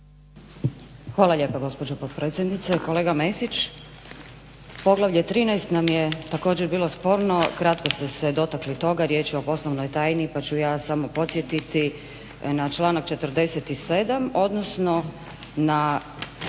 Hvala lijepa, gospođo potpredsjednice. Kolega Mesić, poglavlje 13 nam je također bilo sporno, kratko ste se dotakli toga, riječ je o poslovnoj tajni pa ću ja samo podsjetiti na članak 47., odnosno na